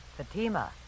Fatima